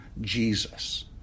Jesus